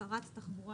שרת התחבורה